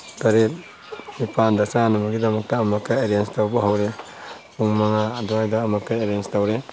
ꯇꯔꯦꯠ ꯅꯤꯄꯥꯜꯗ ꯆꯥꯅꯕꯒꯤꯗꯃꯛꯇ ꯑꯃꯨꯛꯀ ꯑꯦꯔꯦꯟꯖ ꯇꯧꯕ ꯍꯧꯔꯦ ꯄꯨꯡ ꯃꯉꯥ ꯑꯗꯨꯋꯥꯏꯗ ꯑꯃꯨꯛꯀ ꯑꯦꯔꯦꯟꯖ ꯇꯧꯔꯦ